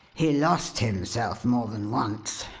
he lost himself more than once,